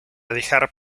dejar